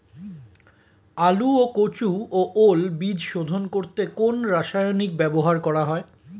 আলু ও কচু ও ওল বীজ শোধন করতে কোন রাসায়নিক ব্যবহার করা হয়?